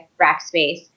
Rackspace